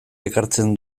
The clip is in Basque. ekartzen